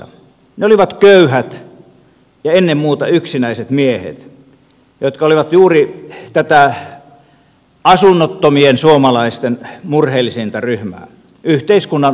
ne olivat köyhät ja ennen muuta yksinäiset miehet jotka olivat juuri tätä asunnottomien suomalaisten murheellisinta ryhmää yhteiskunnan unohtamia